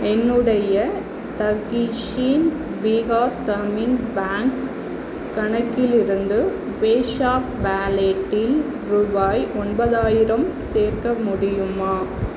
என்னுடைய தக்ஷின் பீகார் கிராமின் பேங்க் கணக்கிலிருந்து பேஷாப் வாலெட்டில் ரூபாய் ஒன்பதாயிரம் சேர்க்க முடியுமா